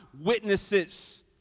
witnesses